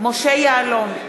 משה יעלון,